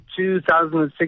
2006